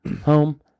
home